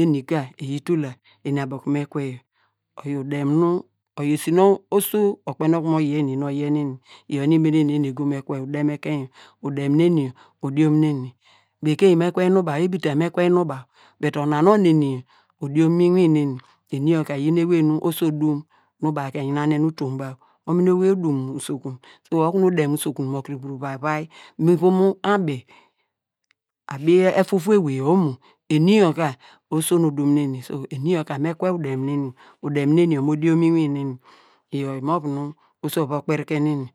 Eni ka eyi tul la eni abo konu me kwe yor, udem nu, oyor esi nu oso okpeiny okunu mo yiye eni nu oyiye nu eni iyor nu imenen nu eni ego me kwe udem ekein yor, udem neni yor odiom nu eni bekeny me kwe inum baw, ebita me kwe inum baw bedi ona nu onu eni yor odiom mu inwin neni, eni yor ka eyin ewey mi oso odum nu baw ka eyiyan nu utom baw onuni owei odum usokun tuwo okunu udem usokun mo vur va vai mu ivom abi efufu ewey yor omo, eni yor ka oso nu odum nu eni, eni yor ka me kwe udem neni, udem neni yor mo diom mu ini neni, iyor imovu nu oso ova kperiken nu eni,